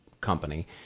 company